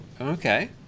Okay